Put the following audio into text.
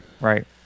Right